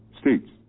States